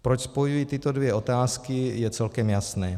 Proč spojuji tyto dvě otázky, je celkem jasné.